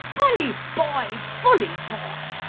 bully boy! bully boy!